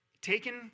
taken